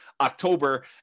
October